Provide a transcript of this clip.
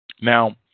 Now